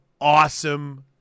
awesome